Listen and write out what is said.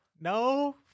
no